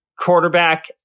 quarterback